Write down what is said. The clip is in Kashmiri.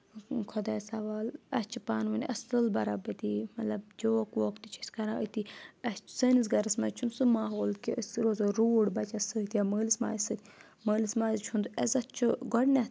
خۄدایَس حَوالہٕ اَسہِ چھِ پانہٕ ؤنۍ اَصٕل بَرابٔدی مطلب جوک ووک تہِ چھِ أسۍ کَران أتی اَسہِ سٲنِس گَرَس منٛز چھُنہٕ سُہ ماحول کہِ أسۍ روزو روڈ بَچَس سۭتۍ یا مٲلِس ماجہِ سۭتۍ مٲلِس ماجہِ ہُند عزت چھُ گۄڈنؠتھ